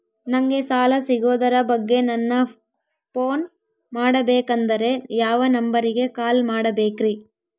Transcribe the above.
ನಂಗೆ ಸಾಲ ಸಿಗೋದರ ಬಗ್ಗೆ ನನ್ನ ಪೋನ್ ಮಾಡಬೇಕಂದರೆ ಯಾವ ನಂಬರಿಗೆ ಕಾಲ್ ಮಾಡಬೇಕ್ರಿ?